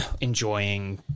enjoying